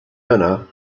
owner